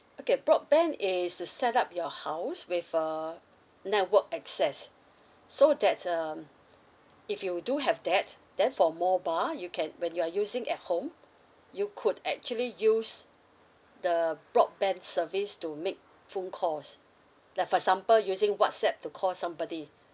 okay broadband is to set up your house with a network access so that um if you do have that then for mobile you can when you are using at home you could actually use the broadband service to make phone calls like for example using whatsapp to call somebody